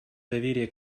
доверие